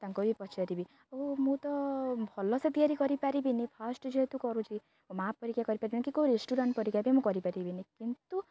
ତାଙ୍କୁ ବି ପଚାରିବି ଆଉ ମୁଁ ତ ଭଲସେ ତିଆରି କରିପାରିବିନି ଫାଷ୍ଟ୍ ଯେହେତୁ କରୁଛି ମୋ ମା' ପରିକା କରିପାରିବିନି କି କେଉଁ ରେଷ୍ଟୁରାଣ୍ଟ୍ ପରିକା ବି ମୁଁ କରିପାରିବିନି କିନ୍ତୁ